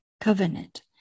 covenant